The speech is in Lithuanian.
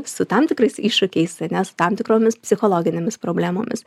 su tam tikrais iššūkiais ar ne su tam tikromis psichologinėmis problemomis